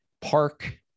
park